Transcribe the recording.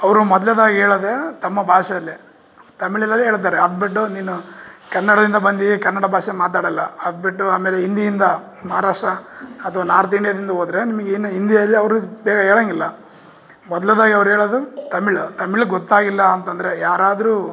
ಅವರು ಮೊದ್ಲನೇದಾಗ್ ಹೇಳೋದೇ ತಮ್ಮ ಭಾಷೆಯಲ್ಲಿ ತಮಿಳಿನಲ್ಲಿ ಹೇಳ್ತಾರೆ ಅದು ಬಿಟ್ಟು ನೀನು ಕನ್ನಡದಿಂದ ಬಂದಿ ಕನ್ನಡ ಭಾಷೆ ಮಾತಾಡೋಲ್ಲ ಅದು ಬಿಟ್ಟು ಆಮೇಲೆ ಹಿಂದಿಯಿಂದ ಮಹಾರಾಷ್ಟ್ರ ಅಥ್ವ ನಾರ್ತ್ ಇಂಡಿಯಾದಿಂದ ಹೋದ್ರೆ ನಿಮಗ್ ಏನು ಹಿಂದಿಯಲ್ಲಿ ಅವರು ಬೇರೆ ಹೇಳೋಂಗಿಲ್ಲ ಮೊದ್ಲನೇದಾಗ್ ಅವ್ರು ಹೇಳೋದು ತಮಿಳು ತಮಿಳು ಗೊತ್ತಾಗಿಲ್ಲ ಅಂತಂದರೆ ಯಾರಾದರು